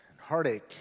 heartache